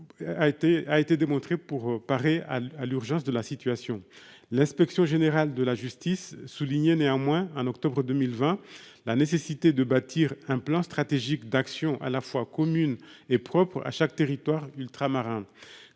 est démontrée depuis leur création. L'inspection générale de la justice (IGJ) soulignait néanmoins, en octobre 2020, la nécessité de bâtir un plan stratégique d'actions à la fois communes et propres à chaque territoire ultramarin.